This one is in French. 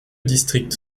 districts